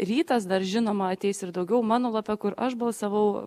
rytas dar žinoma ateis ir daugiau mano lape kur aš balsavau